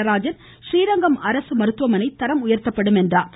நடராஜன் ஸ்ரீரங்கம் அரசு மருத்துவமனை தரம் உயர்த்தப்படும் என்றார்